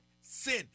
Sin